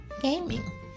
gaming